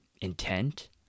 intent